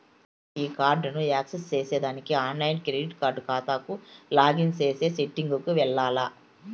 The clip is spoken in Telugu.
ఈ కార్డుని యాక్సెస్ చేసేదానికి ఆన్లైన్ క్రెడిట్ కార్డు కాతాకు లాగిన్ చేసే సెట్టింగ్ కి వెల్లాల్ల